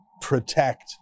protect